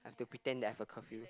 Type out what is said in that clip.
to pretend that I have a curfew